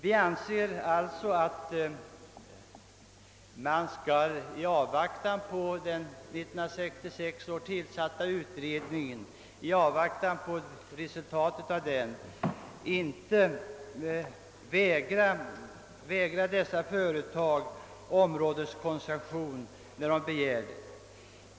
Vi anser därför att man, i avvaktan på resultatet av den år 1966 tillsatta utredningen, inte skall vägra dessa företag områdeskoncession när de begär det.